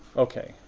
okay,